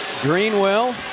Greenwell